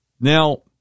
Now